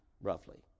roughly